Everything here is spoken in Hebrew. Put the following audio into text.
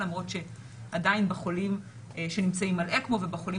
למרות שעדיין בחולים שנמצאים על אקמו ובחולים